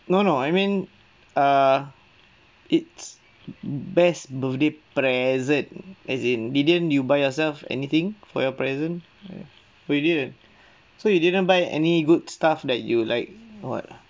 no no I mean err it's best birthday present as in didn't you buy yourself anything for your present oh you didn't so you didn't buy any good stuff that you like what